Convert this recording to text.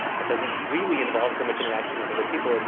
it doesn't really involve so much interaction with other people,